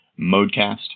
ModeCast